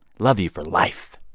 love you for life